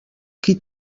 qui